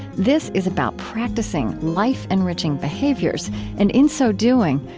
this is about practicing life-enriching behaviors and, in so doing,